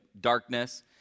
darkness